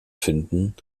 finden